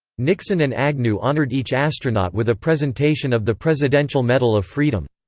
nixon and agnew honored each astronaut with a presentation of the presidential medal of freedom.